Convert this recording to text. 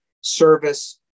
service